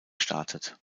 startet